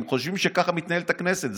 הם חושבים שככה מתנהלת הכנסת,